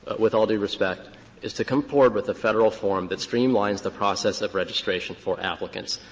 with all due respect is to come forward with a federal form that streamlines the process of registration for applicants.